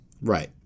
right